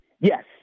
Yes